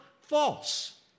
false